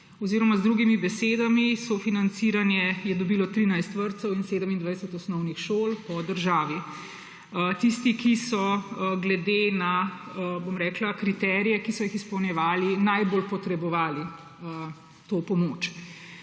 Z drugimi besedami, sofinanciranje je dobilo 13 vrtcev in 27 osnovnih šol po državi, tisti, ki so glede na kriterije, ki so jih izpolnjevali, najbolj potrebovali to pomoč.